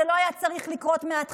זה לא היה צריך לקרות מהתחלה.